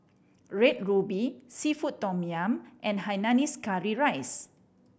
Red Ruby seafood tom yum and hainanese curry rice